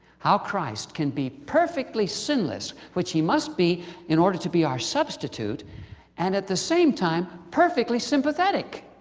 how christ can be perfectly sinless, which he must be in order to be our substitute and at the same time perfectly sympathetic,